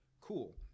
cool